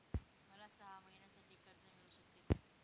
मला सहा महिन्यांसाठी कर्ज मिळू शकते का?